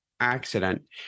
accident